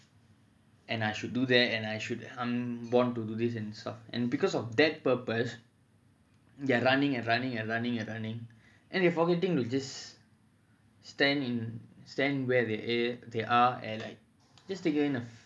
and I should do there and I should want to do this and soft and because of that purpose they're running and running and running and running and you forgetting you just stand in stand where they a~ they are and like just take ah